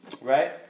Right